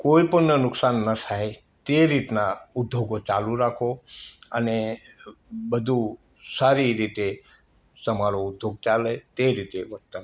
કોઈ પણ ને નુકસાન ન થાય તે રીતના ઉધોગો ચાલુ રાખો અને બધું સારી રીતે તમારો ઉધોગ ચાલે તે રીતે વર્તન કરો